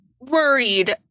worried